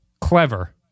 clever